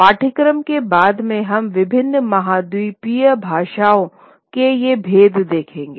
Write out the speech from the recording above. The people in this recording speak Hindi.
पाठ्यक्रम के बाद में हम विभिन्न उपमहाद्वीपीय भाषाओं के ये भेद देखेंगे